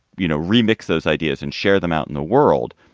you know, remix those ideas and share them out in the world.